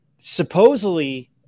Supposedly